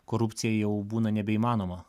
korupcija jau būna nebeįmanoma